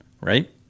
right